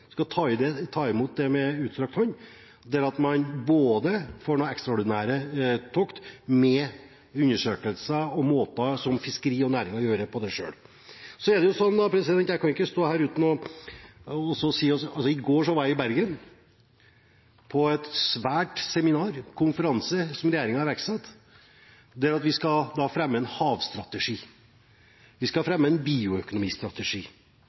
skal ta imot den med utstrakt hånd, der man får noen ekstraordinære tokt med undersøkelser og måter som fiskeri og næring gjennomfører selv. Jeg kan ikke stå her uten å si: I går var jeg i Bergen på en stor konferanse som regjeringen har iverksatt: Vi skal fremme en havstrategi, vi skal fremme en bioøkonomistrategi,